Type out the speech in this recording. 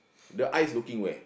the eyes looking where